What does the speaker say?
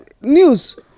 news